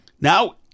now